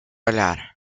olhar